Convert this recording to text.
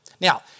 Now